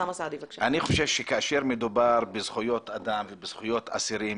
כאשר מדובר בזכויות אדם ובזכויות אסירים,